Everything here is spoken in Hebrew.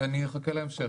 אני אחכה להמשך.